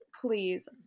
please